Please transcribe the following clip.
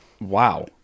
Wow